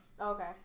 Okay